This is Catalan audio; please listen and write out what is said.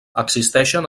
existeixen